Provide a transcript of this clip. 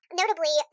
notably